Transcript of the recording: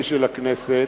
הכנסת